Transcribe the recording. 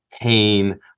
pain